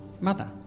mother